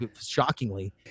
Shockingly